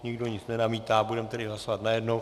Nikdo nic nenamítá, budeme tedy hlasovat najednou.